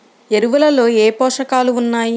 ఎరువులలో ఏ పోషకాలు ఉన్నాయి?